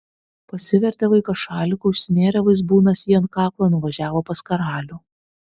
pasivertė vaikas šaliku užsinėrė vaizbūnas jį ant kaklo nuvažiavo pas karalių